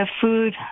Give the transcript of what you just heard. food